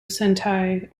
sentai